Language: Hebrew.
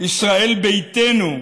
ישראל ביתנו,